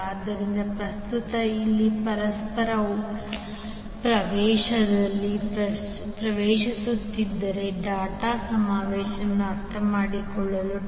ಆದ್ದರಿಂದ ಪ್ರಸ್ತುತ ಇಲ್ಲಿ ಪರಸ್ಪರ ಪ್ರವೇಶದಲ್ಲಿ ಪ್ರವೇಶಿಸುತ್ತಿದ್ದರೆ ಡಾಟ್ ಸಮಾವೇಶವನ್ನು ಅರ್ಥಮಾಡಿಕೊಳ್ಳೋಣ